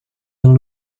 yang